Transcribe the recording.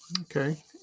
okay